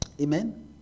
Amen